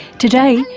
today,